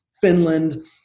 Finland